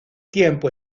tiempo